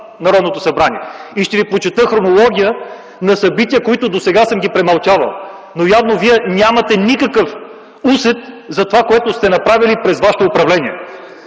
Народното събрание. Ще ви прочета хронология на събития, които досега съм ги премълчавал, но явно вие нямате никакъв усет за това, което сте направили през вашето управление.